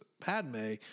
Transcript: padme